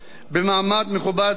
במעמד מכובד זה,